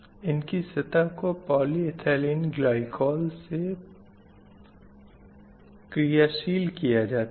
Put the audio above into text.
इनकी सतह को पाली एथेलीन ग्लाइकोल के प्रयोग से क्रियाशील किया जा सकता है